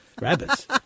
rabbits